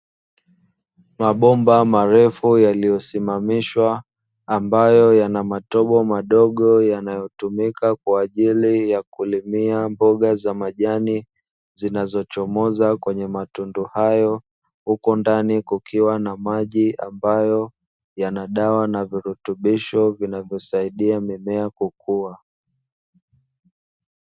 Mabomba marefu yaliyosimamishwa ambayo yana matobo madogo yanayotumika kwa ajili ya kulimia mboga za majani zinazochomoza kwenye matundu hayo, huku ndani kukiwa na maji ambayo yana dawa na virutubisho vinavyosaidia mimea kukua.